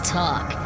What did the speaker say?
talk